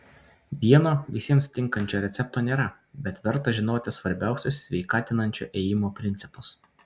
vieno visiems tinkančio recepto nėra bet verta žinoti svarbiausius sveikatinančio ėjimo principus